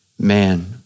man